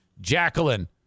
Jacqueline